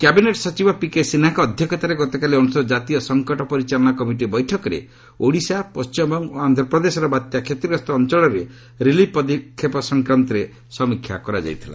cabinet ସଚିବ P K ସିହ୍ନାଙ୍କ ଅଧ୍ୟକ୍ଷତାରେ ଗତକାଲି ଅନୁଷ୍ଠିତ ଜାତୀୟ ସଙ୍କଟ ପରିଚାଳନା କମିଟି ବୈଠକରେ ଓଡ଼ିଶା ପଣ୍ଟିମବଙ୍ଗ ଓ ଅନ୍ଧ୍ରପ୍ରଦେଶର ବାତ୍ୟା କ୍ଷତିଗ୍ରସ୍ତ ଅଞ୍ଚଳରେ ରିଲିଫ୍ ପଦକ୍ଷେପ ସଂକ୍ରାନ୍ତରେ ସମୀକ୍ଷା କରାଯାଇଥିଲା